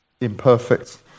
imperfect